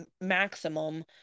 maximum